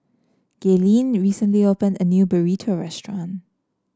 Gaylene recently opened a new Burrito Restaurant